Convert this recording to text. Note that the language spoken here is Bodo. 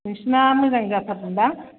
नोंसिना मोजां जाथारदोंदां